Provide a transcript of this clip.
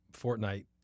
Fortnite